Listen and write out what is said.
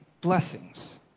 blessings